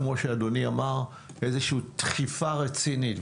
כמו שאדוני אמר, איזושהי דחיפה רצינית.